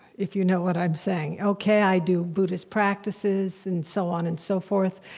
if you know what i'm saying. okay, i do buddhist practices and so on and so forth,